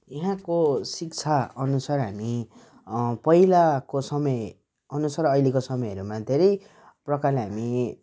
यहाँको शिक्षा अनुसार हामी पहिलाको समय अनुसार अहिलेको समयहरूमा धेरै प्रकारले हामी